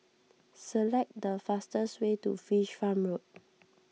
select the fastest way to Fish Farm Road